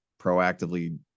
proactively